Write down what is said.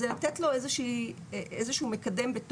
זה לתת לו איזה שהוא מקדם,